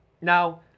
Now